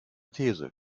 these